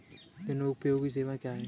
जनोपयोगी सेवाएँ क्या हैं?